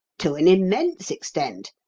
to an immense extent,